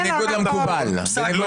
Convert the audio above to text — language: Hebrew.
בניגוד למקובל.